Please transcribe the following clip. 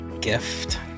gift